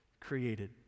created